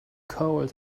cold